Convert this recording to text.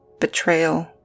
Betrayal